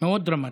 מאוד דרמטי.